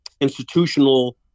institutional